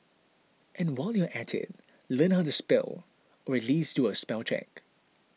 and while you're at it learn how to spell or at least do a spell check